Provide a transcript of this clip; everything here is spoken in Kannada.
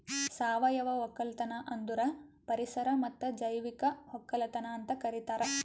ಸಾವಯವ ಒಕ್ಕಲತನ ಅಂದುರ್ ಪರಿಸರ ಮತ್ತ್ ಜೈವಿಕ ಒಕ್ಕಲತನ ಅಂತ್ ಕರಿತಾರ್